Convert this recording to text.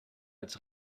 als